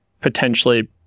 potentially